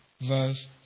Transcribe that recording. verse